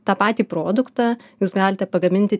tą patį produktą jūs galite pagaminti